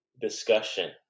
discussion